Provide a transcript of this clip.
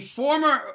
former